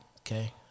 okay